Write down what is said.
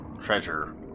treasure